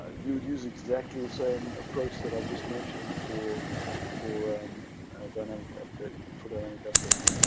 ah you would use exactly the same approach that i just mentioned for for dynamic update, for dynamic updates.